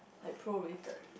at pro waited